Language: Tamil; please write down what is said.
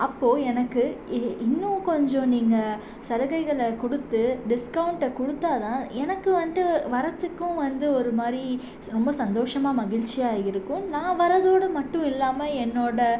அப்போது எனக்கு இ இன்னும் கொஞ்சம் நீங்கள் சலுகைகளை கொடுத்து டிஸ்கௌண்ட்டை கொடுத்தா தான் எனக்கு வந்துட்டு வர்றதுக்கும் வந்து ஒரு மாதிரி ஸ் ரொம்ப சந்தோஷமாக மகிழ்ச்சியாக இருக்கும் நான் வர்றதோடு மட்டும் இல்லாமல் என்னோடய